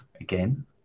again